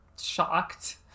shocked